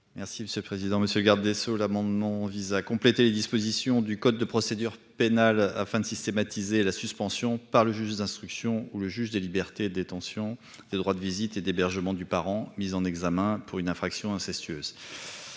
: La parole est à M. François Bonneau. Cet amendement vise à compléter les dispositions du code de procédure pénale afin de systématiser la suspension, par le juge d'instruction ou le juge des libertés et de la détention, des droits de visite et d'hébergement du parent mis en examen pour une infraction incestueuse.